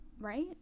Right